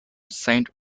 saint